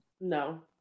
No